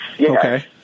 Okay